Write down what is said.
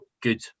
good